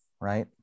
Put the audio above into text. right